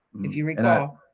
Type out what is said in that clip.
if you recall.